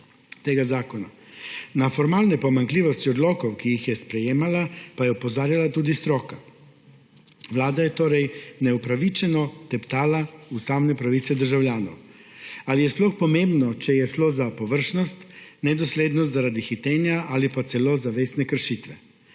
tega zakona. Na formalne pomanjkljivosti odlokov, ki jih je sprejemala, je opozarjala tudi stroka. Vlada je torej neupravičeno teptala ustavne pravice državljanov. Ali je sploh pomembno, ali je šlo za površnost, nedoslednost zaradi hitenja ali celo za zavestne kršitve?